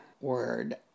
word